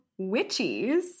witchies